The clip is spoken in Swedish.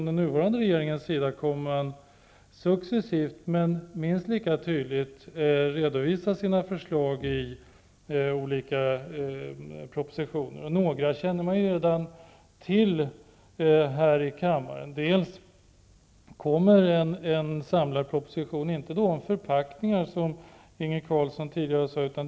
Den nuvarande regeringen kommer att successivt men minst lika tydligt redovisa sina förslag i olika propositioner. Några av dem känner kammaren redan till. Det kommer en samlad proposition, som dock inte kommer att handla om förpackningar, något som Inge Carlsson tidigare nämnde.